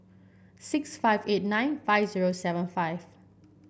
six five eight nine five zero seven five